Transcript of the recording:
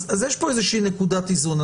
אז יש פה איזושהי נקודת איזון.